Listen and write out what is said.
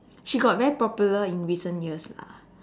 she got very popular in recent years lah